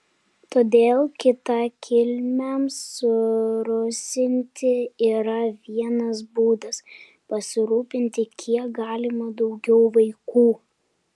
todėl kitakilmiams surusinti yra vienas būdas pasirūpinti kiek galima daugiau vaikų